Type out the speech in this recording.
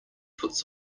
puts